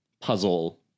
puzzle